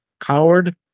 coward